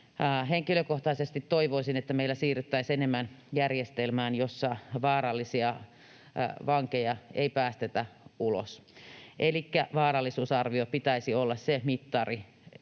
Henkilökohtaisesti toivoisin, että meillä siirryttäisiin enemmän järjestelmään, jossa vaarallisia vankeja ei päästetä ulos. Elikkä vaarallisuusarvion pitäisi olla se mittari,